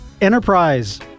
enterprise